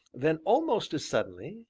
then, almost as suddenly,